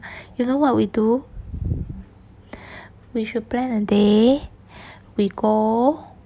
you know what we do we should plan a day we go